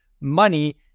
money